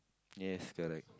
yes correct